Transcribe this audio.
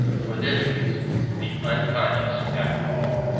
for this reason the unconscious, after all,